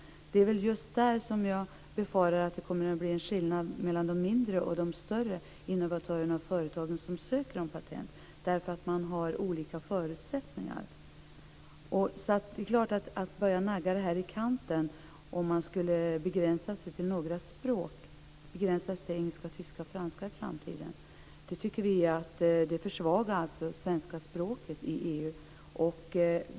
Det är just där som jag befarar att det kommer att bli en skillnad mellan de mindre och de större innovatörerna och företagen som söker patent, därför att man har olika förutsättningar. Att börja nagga det här i kanten och i framtiden begränsa sig till några språk, till engelska, tyska och franska, tycker vi försvagar svenska språket i EU.